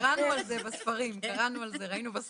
קראנו על זה, ראינו בסרטים.